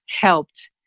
helped